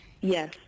Yes